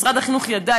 משרד החינוך ידע,